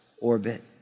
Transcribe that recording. orbit